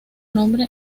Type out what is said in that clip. nombre